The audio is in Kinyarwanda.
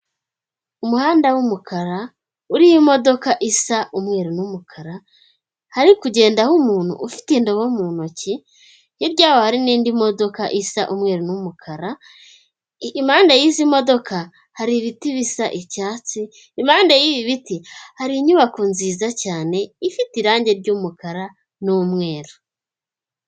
Umuhanda w'umukara urimo imodoka isa umweru n'umukara, hari kugenda umuntu ufite indobo mu ntoki, hirya yaho hari n'indi modoka isa umweru n'umukara, impande y'izi modoka hari ibiti bisa icyatsi. Impande y'ibi biti hari inyubako nziza cyane ifite irangi ry'umukara n'umweru.